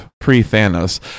pre-Thanos